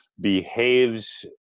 behaves